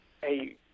hey